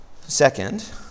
Second